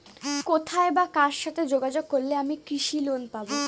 কোথায় বা কার সাথে যোগাযোগ করলে আমি কৃষি লোন পাব?